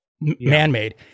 man-made